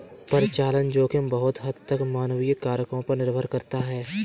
परिचालन जोखिम बहुत हद तक मानवीय कारकों पर निर्भर करता है